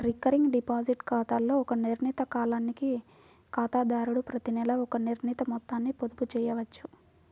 recurring deposit ఖాతాలో ఒక నిర్ణీత కాలానికి ఖాతాదారుడు ప్రతినెలా ఒక నిర్ణీత మొత్తాన్ని పొదుపు చేయవచ్చు